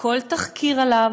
כל תחקיר עליו,